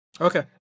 Okay